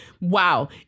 wow